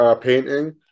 painting